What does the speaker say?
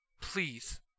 please